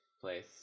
place